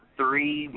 three